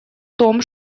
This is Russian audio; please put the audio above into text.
том